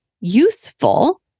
useful